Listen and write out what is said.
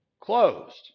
Closed